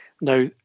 Now